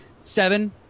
seven